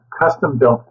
custom-built